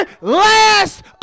last